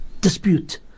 dispute